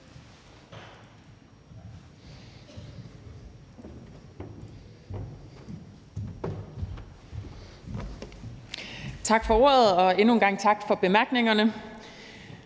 Tak for ordet, og endnu en gang tak for bemærkningerne.